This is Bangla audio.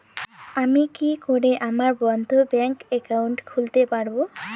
আমি কি করে আমার বন্ধ ব্যাংক একাউন্ট খুলতে পারবো?